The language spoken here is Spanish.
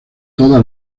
toda